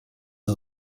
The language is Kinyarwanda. ati